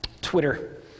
Twitter